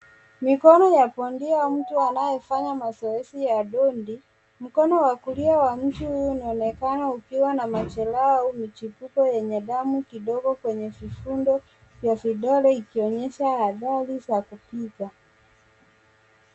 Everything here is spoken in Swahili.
Mikono ya bondia ya mtu anayefanya mazoezi ya dondi, mkono wa kulia wa mtu unaonekana ukiwa na majeraha au mchipuko yenye damu kidogo kwenye vifundo ya vidole ikinyesha hatari za kupiga.